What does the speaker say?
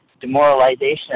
demoralization